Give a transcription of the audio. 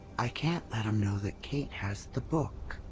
i can't let him know that kate has the book.